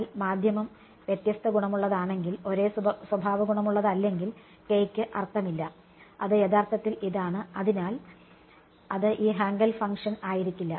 എന്നാൽ മാധ്യമം വ്യത്യസ്ത ഗുണമുള്ളതാണെങ്കിൽ ഒരേ സ്വഭാവഗുണമുള്ളതല്ലെങ്കിൽ k യ്ക് അർത്ഥമില്ല അത് യഥാർത്ഥത്തിൽ ഇതാണ് അതിനാൽ അത് ഈ ഹാങ്കെൽ ഫംഗ്ഷൻ ആയിരിക്കില്ല